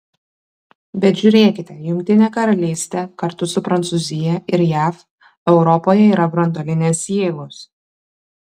bet žiūrėkite jungtinė karalystė kartu su prancūzija ir jav europoje yra branduolinės jėgos